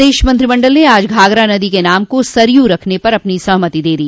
प्रदेश मंत्रिमंडल ने आज घाघरा नदी के नाम को सरयू रखने को अपनी सहमति दे दी